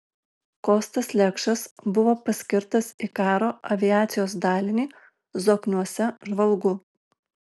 kostas lekšas buvo paskirtas į karo aviacijos dalinį zokniuose žvalgu